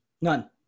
None